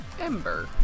Ember